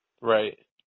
Right